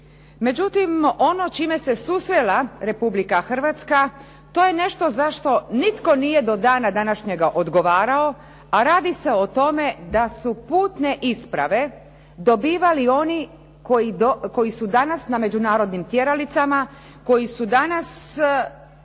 Međutim, ono s čime se susrela Republika Hrvatska to je nešto za što nitko nije do dana današnjega odgovarao, a radi se o tome da su putne isprave dobivali oni koji su danas na međunarodnim tjeralicama, koji su danas